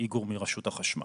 איגור מרשות החשמל,